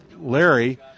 Larry